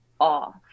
off